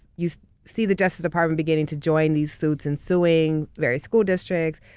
you see the justice department beginning to join these suits in suing various school districts.